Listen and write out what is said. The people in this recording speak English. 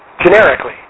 Generically